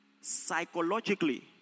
Psychologically